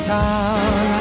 town